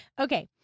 Okay